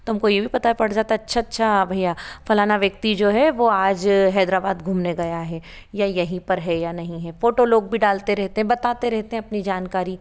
तो हमको ये भी पता पड़ जाता है अच्छा अच्छा भैया फलाना व्यक्ति जो है वो आज हैदराबाद घूमने गया है या यही पर है या नहीं है फोटो लोग भी डालते रहते हैं बताते रहते हैं अपनी जानकारी